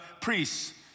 priests